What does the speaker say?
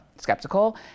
skeptical